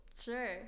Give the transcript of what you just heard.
Sure